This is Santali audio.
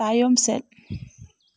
ᱛᱟᱭᱚᱢ ᱥᱮᱫ